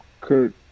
Kurt